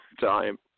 time